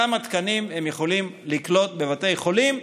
כמה תקנים הם יכולים לקלוט בבתי החולים.